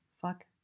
fuck